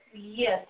Yes